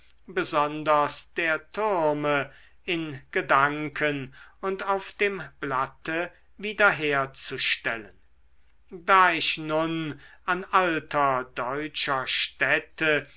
besonders der türme in gedanken und auf dem blatte wiederherzustellen da ich nun an alter deutscher stätte